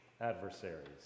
adversaries